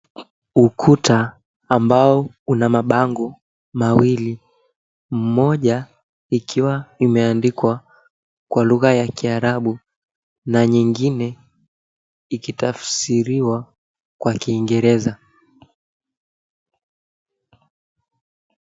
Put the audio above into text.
Ukuta ambao una mabango mawili, mmoja ikiwa imeandikwa kwa lugha ya Kiarabu na nyingine ikitafsiriwa kwa Kingereza.